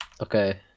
Okay